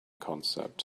concept